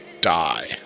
die